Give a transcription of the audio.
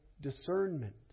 discernment